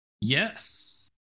Yes